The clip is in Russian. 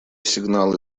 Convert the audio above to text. сигналы